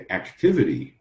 activity